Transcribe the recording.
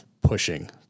pushing